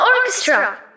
orchestra